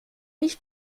licht